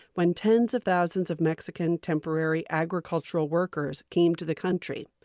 when tens of thousands of mexican temporary agricultural workers came to the country.